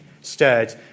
stirred